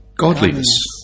Godliness